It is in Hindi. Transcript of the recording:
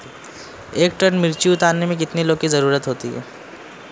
एक टन मिर्ची उतारने में कितने लोगों की ज़रुरत होती है?